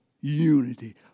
unity